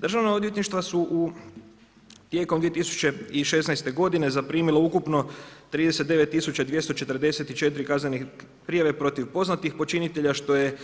Državna odvjetništva su tijekom 2016. godine zaprimila ukupno 39 244 kaznene prijave protiv poznatih počinitelja što je